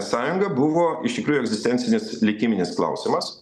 sąjunga buvo iš tikrųjų egzistencinis likiminis klausimas